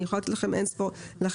אני יכולה לתת לכם אין ספור דוגמאות.